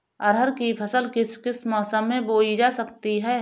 अरहर की फसल किस किस मौसम में बोई जा सकती है?